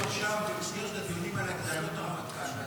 עכשיו במסגרת הדיונים על הגדלות הרמטכ"ל.